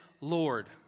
Lord